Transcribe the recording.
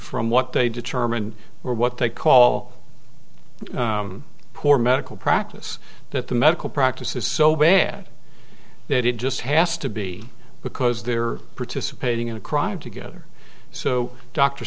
from what they determined or what they call poor medical practice that the medical practice is so bad that it just has to be because they're participating in a crime together so dr